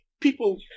people